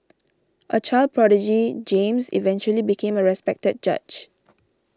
a child prodigy James eventually became a respected judge